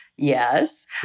Yes